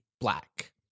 black